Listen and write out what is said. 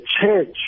church